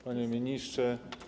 Panie Ministrze!